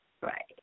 Right